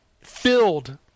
Filled